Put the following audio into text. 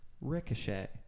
Ricochet